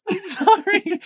Sorry